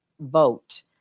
vote